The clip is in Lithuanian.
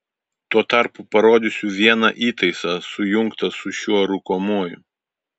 tuo tarpu parodysiu vieną įtaisą sujungtą su šiuo rūkomuoju